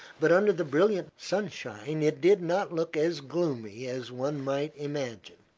but under the brilliant sunshine it did not look as gloomy as one might imagine,